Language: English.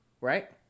Right